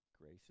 Grace